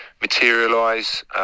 materialise